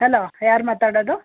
hello ಯಾರು ಮಾತಾಡೋದು